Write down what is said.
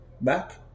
back